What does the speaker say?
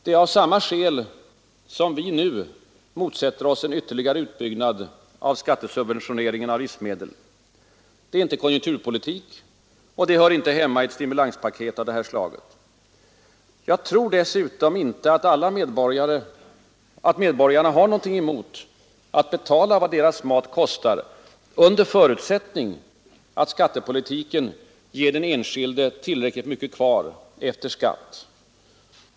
Det är av samma skäl som vi nu motsätter oss en ytterligare utbyggnad av skattesubventioneringen av livsmedel. Det är inte konjunkturpolitik, och det hör inte hemma i ett stimulanspaket av detta slag. Jag tror dessutom inte att medborgarna har något emot att betala vad deras mat kostar, under förutsättning att skattepolitiken ger den enskilde tillräckligt mycket kvar efter skatt.